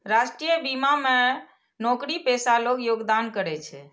राष्ट्रीय बीमा मे नौकरीपेशा लोग योगदान करै छै